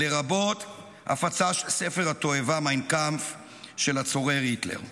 לרבות הפצה של ספר התועבה מיין קאמפף של הצורר היטלר,